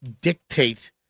Dictate